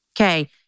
Okay